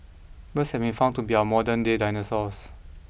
birds have been found to be our modernday dinosaurs